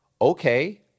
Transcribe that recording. Okay